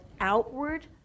outward